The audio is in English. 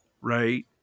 right